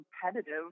competitive